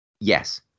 Yes